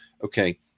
okay